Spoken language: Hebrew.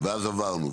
ואז עברנו.